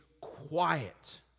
Quiet